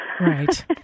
Right